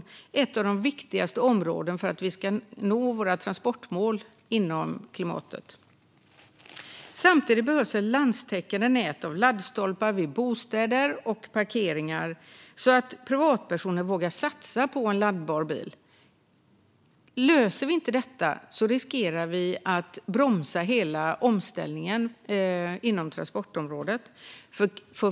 Det är ett av de viktigaste områdena för att vi ska nå våra transportmål när det gäller klimatet. Samtidigt behövs ett landstäckande nät av laddstolpar vid bostäder och parkeringar så att privatpersoner vågar satsa på en laddbar bil. Om vi inte löser det riskerar vi att bromsa hela omställningen inom transportområdet.